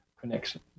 connection